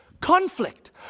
conflict